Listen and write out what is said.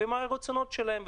ומה הרצונות שלהם?